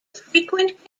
frequent